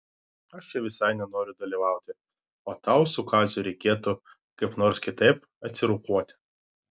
aš čia visai nenoriu dalyvauti o tau su kaziu reikėtų kaip nors kitaip atsirokuoti